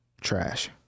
trash